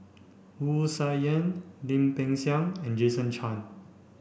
Wu Tsai Yen Lim Peng Siang and Jason Chan